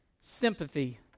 sympathy